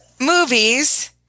movies